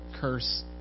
curse